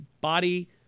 body